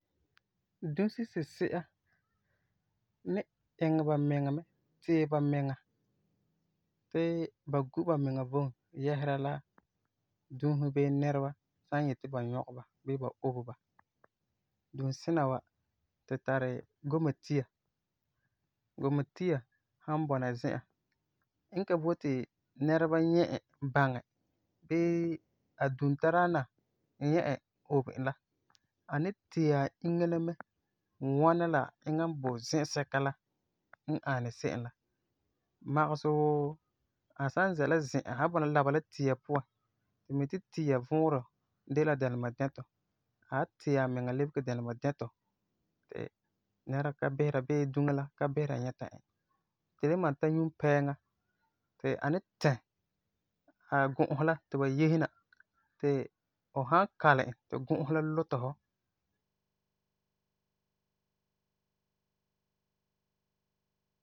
Dusi sisi'a ni iŋɛ bamiŋa mɛ, tee bamiŋa ti ba gu bamiŋa vom yɛsera la dusi bii nɛreba san yeti ba nyɔgɛ ba bii ba obe ba. Dunsina wa tu tari gumatia. Gumatia san bɔna zi'an, e ka boti ti nɛreba nyɛ e baŋɛ, bii a dun-tadaana nyɛ obe e la, a ni tee a inya la mɛ, wɔna la eŋa n boi zɛsɛka la ani se'em la, magesɛ wuu a san bɔna la zi'an, a san bɔna, laba la tia puan, fu mi ti tia vuurɔ de la dɛlemadɛrɔ, a wan tee amiŋa lebege dɛmemadɛtɔ ti nɛra ka bisera bii duŋa la ka bisera nyɛta e. Tu le malum tara yuunpɛɛŋa, ti a ni tɛ a gu'usi la ti ba yese na ti fu san kalum e ti gu'usi la luta fu.